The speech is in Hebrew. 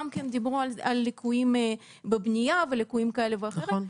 דיברו על ליקויים בבנייה וליקויים כאלה ואחרים.